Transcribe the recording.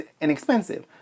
inexpensive